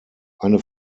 eine